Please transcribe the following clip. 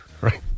right